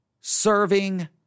serving